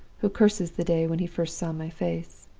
who curses the day when he first saw my face.